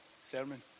sermon